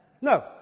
no